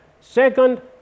Second